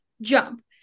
jump